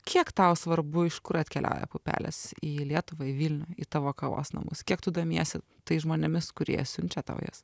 kiek tau svarbu iš kur atkeliauja pupelės į lietuvą į vilnių į tavo kavos namus kiek tu domiesi tais žmonėmis kurie siunčia tau jas